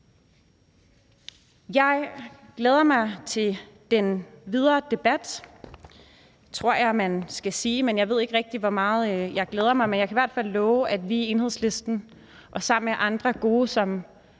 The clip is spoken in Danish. Jeg glæder mig til den videre debat, tror jeg man skal sige, men jeg ved ikke rigtig, hvor meget jeg glæder mig. Men jeg kan i hvert fald love, at vi i Enhedslisten og sammen med andre gode, som